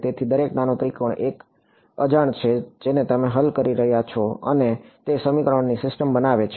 તેથી દરેક નાનો ત્રિકોણ એક અજાણ છે જેને તમે હલ કરી રહ્યા છો અને તે સમીકરણોની સિસ્ટમ બનાવે છે